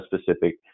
specific